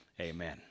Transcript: Amen